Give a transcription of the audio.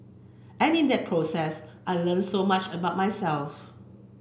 and in that process I learnt so much about myself